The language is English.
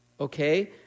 okay